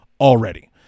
Already